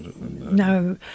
No